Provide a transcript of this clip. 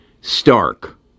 stark